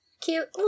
cute